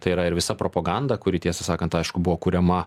tai yra ir visa propaganda kuri tiesą sakant aišku buvo kuriama